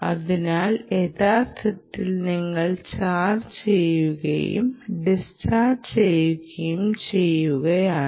അതിനാൽ യഥാർത്ഥത്തിൽ നിങ്ങൾ ചാർജ് ചെയ്യുകയും ഡിസ്ചാർജ് ചെയ്യുകയും ചെയ്യുകയാണ്